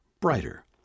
brighter